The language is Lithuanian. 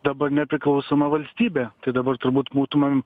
dabar nepriklausoma valstybė tai dabar turbūt būtumėm